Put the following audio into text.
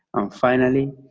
and finally,